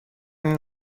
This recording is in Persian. این